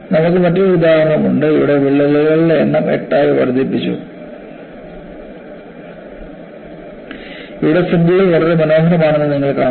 നമുക്ക് മറ്റൊരു ഉദാഹരണമുണ്ട് ഇവിടെ വിള്ളലുകളുടെ എണ്ണം 8 ആയി വർദ്ധിച്ചു ഇവിടെ ഫ്രിഞ്ച്കൾ വളരെ മനോഹരമാണെന്ന് നിങ്ങൾ കാണുന്നു